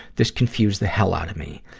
this confused the hell out of me.